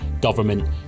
government